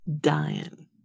dying